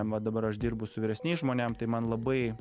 va dabar aš dirbu su vyresniais žmonėm tai man labai